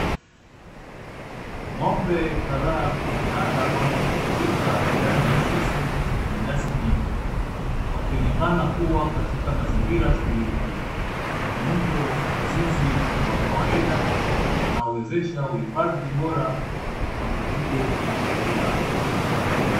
Ng'ombe kadhaa wamelala au kupizika ndani ya zizi lenye nyasi nyingi, wakionekana kuwa kwenye mazingira tulivu. Muundo wa zizi ni wa kawaida unaowezesha uhifadhi bora wa mifugo na chakula.